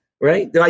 right